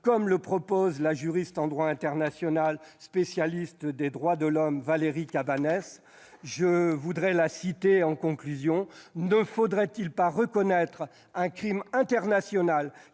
comme le propose la juriste en droit international, spécialiste des droits de l'homme, Valérie Cabanes :« Ne faudrait-il pas reconnaître un crime international